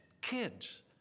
kids